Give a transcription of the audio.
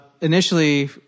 initially